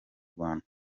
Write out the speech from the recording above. rwanda